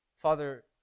Father